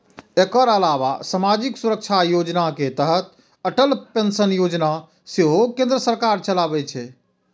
एकर अलावा सामाजिक सुरक्षा योजना के तहत अटल पेंशन योजना सेहो केंद्र सरकार चलाबै छै